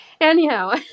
Anyhow